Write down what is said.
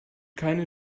keine